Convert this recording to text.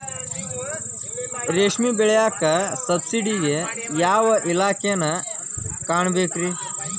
ರೇಷ್ಮಿ ಬೆಳಿಯಾಕ ಸಬ್ಸಿಡಿಗೆ ಯಾವ ಇಲಾಖೆನ ಕಾಣಬೇಕ್ರೇ?